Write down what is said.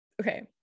okay